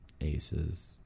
aces